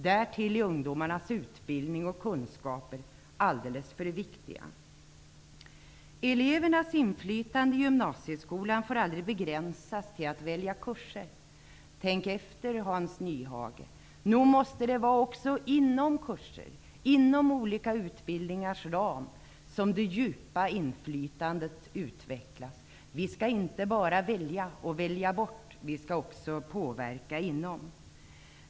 Därtill är ungdomarnas utbildning och kunskaper alldeles för viktiga. Elevernas inflytande i gymnasieskolan får aldrig begränsas till att välja kurser. Tänk efter, Hans Nyhage! Nog måste det vara också inom kurser, inom olika utbildningars ram, som det djupa inflytandet utvecklas. Vi skall inte bara välja och välja bort, vi skall också påverka inom.